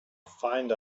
find